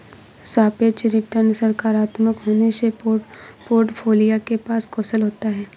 सापेक्ष रिटर्न सकारात्मक होने से पोर्टफोलियो के पास कौशल होता है